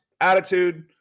attitude